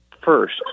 first